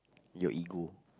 your ego